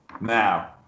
Now